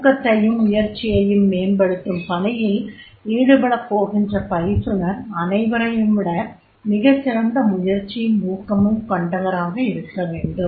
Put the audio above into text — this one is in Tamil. ஊக்கத்தையும் முயற்சியையும் மேம்படுத்தும் பணியில் ஈடுபடப்போகின்ற பயிற்றுனர் அனைவரைவிடவும் மிகச் சிறந்த முயற்சியும் ஊக்கமும் கொண்டவராக இருக்கவேண்டும்